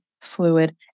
fluid